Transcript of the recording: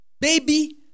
Baby